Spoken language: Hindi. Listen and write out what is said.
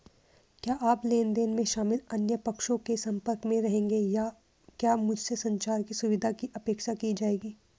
क्या आप लेन देन में शामिल अन्य पक्षों के संपर्क में रहेंगे या क्या मुझसे संचार की सुविधा की अपेक्षा की जाएगी?